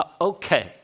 okay